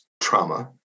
trauma